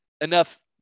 enough